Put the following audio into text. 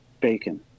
bacon